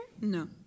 No